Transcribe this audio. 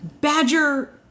Badger